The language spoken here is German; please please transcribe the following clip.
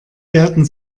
werden